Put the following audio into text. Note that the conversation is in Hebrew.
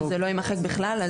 שזה לא יימחק בכלל?